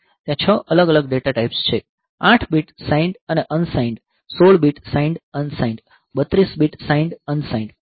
ત્યાં 6 અલગ અલગ ડેટા ટાઈપ્સ છે 8 bit signed unsigned 16 bit signed unsigned 32 bit signed unsigned